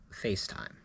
FaceTime